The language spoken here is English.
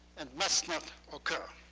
and must not occur.